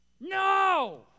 no